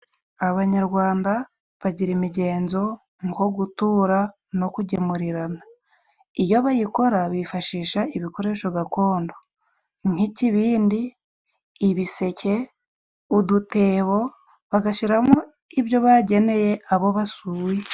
Abanyarwanda bagira imigenzo nko gutura no kugemurirana iyo bayikora bifashisha ibikoresho gakondo nk'ikibindi ,ibiseke, udutebo bagashyiramo ibyo bageneye abo basuye.